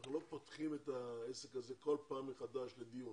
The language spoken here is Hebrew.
אנחנו לא פותחים את העסק הזה כל פעם מחדש לדיון.